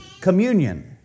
communion